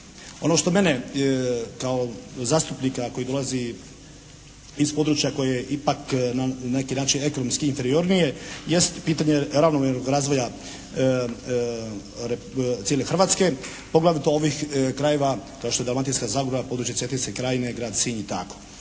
Ono što mene kao zastupnika koji dolazi iz područja koje je ipak na neki način ekonomski način inferiornije, jest pitanje ravnomjernog razvoja cijele Hrvatske poglavito ovih krajeva kao što je Dalmatinska Zagora, područje Cetinske krajine, grad Sinj i tako.